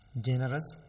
Generous